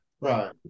right